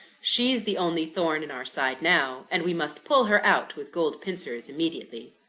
she's the only thorn in our side now, and we must pull her out with gold pincers immediately.